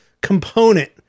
component